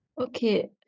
Okay